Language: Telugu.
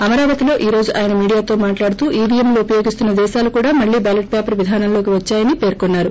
అమరావతిలో ఈ రోజు ఆయన మీడియాతో మాట్లాడుతూ ఈవీఎంలు ఉపయోగిస్తున్న దేశాలు కూడా మళ్లీ బ్యాలెట్ పేపర్ విధానంలోకి వద్సాయని పెర్కున్నారు